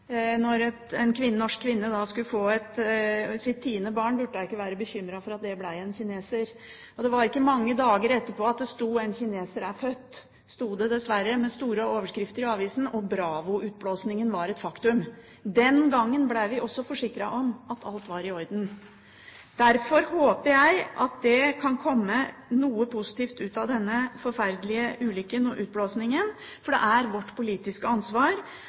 når hvert tiende barn er kineser, at en norsk kvinne skulle føde en kineser når hun skulle ha sitt tiende barn; det burde hun ikke være bekymret for. Det var dessverre ikke mange dager etterpå at det var store overskrifter i avisen. «En kineser er født», sto det. Bravo-utblåsingen var et faktum. Den gangen ble vi også forsikret om at alt var i orden. Derfor håper jeg at det kan komme noe positivt ut av denne forferdelige ulykken og utblåsingen. Det er vårt ansvar